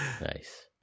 Nice